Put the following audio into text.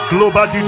Global